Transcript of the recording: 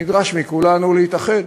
נדרש מכולנו להתאחד.